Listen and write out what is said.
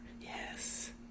yes